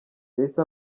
yahise